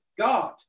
God